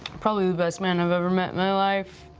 probably the best man i've ever met in my life.